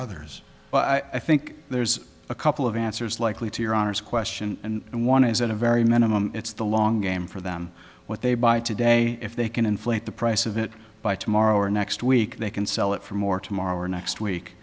others but i think there's a couple of answers likely to your honor's question and one is that a very minimum it's the long game for them what they buy today if they can inflate the price of it by tomorrow or next week they can sell it for more tomorrow or next